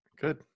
Good